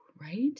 Right